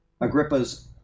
Agrippa's